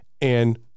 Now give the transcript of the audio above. And-